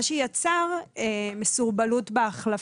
מה שיצר סרבול בהחלפה.